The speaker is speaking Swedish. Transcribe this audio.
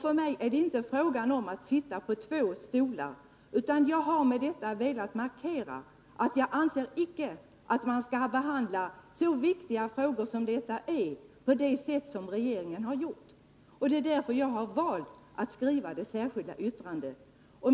För mig är det inte fråga om att sitta på två stolar — jag har velat markera att jag inte anser att man skall behandla så viktiga frågor som dessa på det sätt som regeringen har gjort. Det är därför som jag har valt att avge ett särskilt yttrande.